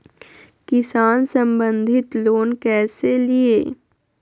किसान संबंधित लोन कैसै लिये?